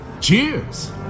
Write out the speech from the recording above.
Cheers